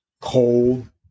cold